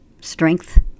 strength